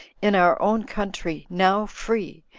in our own country, now free,